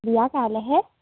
বিয়া কাইলেহে